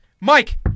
Mike